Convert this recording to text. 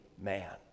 man